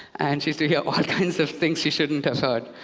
and she used to hear all kinds of things she shouldn't have heard.